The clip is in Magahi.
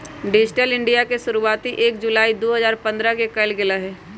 डिजिटल इन्डिया के शुरुआती एक जुलाई दु हजार पन्द्रह के कइल गैले हलय